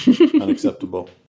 Unacceptable